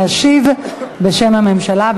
להשיב בשם הממשלה.